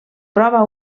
prova